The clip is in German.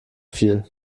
viel